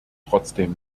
trotzdem